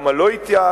למה לא התייעצת.